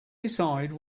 decide